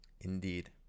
Indeed